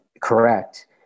correct